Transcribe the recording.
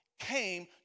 came